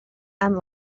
and